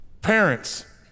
Parents